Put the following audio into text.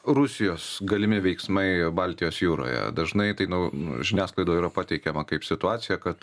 rusijos galimi veiksmai baltijos jūroje dažnai tai nu žiniasklaidoj yra pateikiama kaip situacija kad